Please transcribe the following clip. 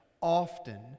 often